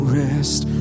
rest